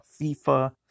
FIFA